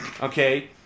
Okay